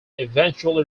eventually